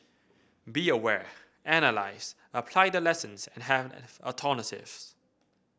be aware analyse apply the lessons and have alternatives